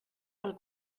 pel